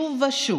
שוב ושוב